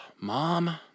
Mom